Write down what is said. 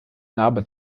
narbe